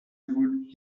would